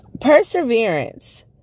perseverance